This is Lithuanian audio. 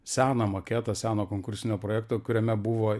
seną maketą seno konkursinio projekto kuriame buvo